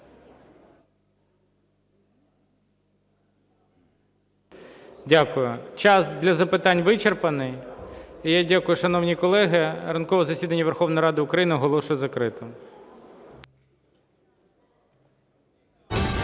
Дякую. Час для запитань вичерпаний. І я дякую, шановні колеги. Ранкове засідання Верховної Ради України оголошую закритим.